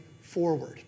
forward